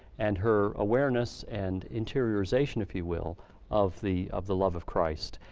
and her awareness and interiorization if you will of the of the love of christ.